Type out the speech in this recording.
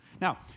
Now